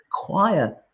require